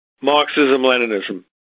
Marxism-Leninism